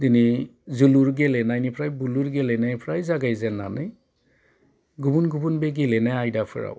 दिनै जोलुर गेलेनायनिफ्राय बुलुर गेलेनायनिफ्राय जागायजेननानै गुबुन गुबुन बे गेलेनाय आयदाफोराव